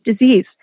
disease